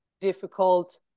difficult